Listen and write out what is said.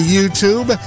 YouTube